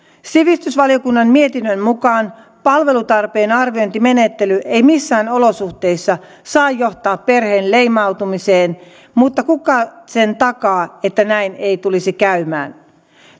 sivistysvaliokunnan mietinnön mukaan palvelutarpeen arviointimenettely ei missään olosuhteissa saa johtaa perheen leimautumiseen mutta kuka sen takaa että näin ei tulisi käymään